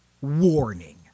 Warning